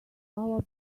our